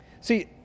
see